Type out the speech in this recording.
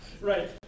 Right